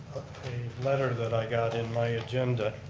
a letter that i got in my agenda